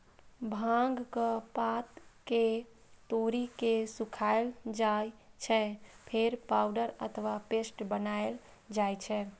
भांगक पात कें तोड़ि के सुखाएल जाइ छै, फेर पाउडर अथवा पेस्ट बनाएल जाइ छै